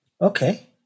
Okay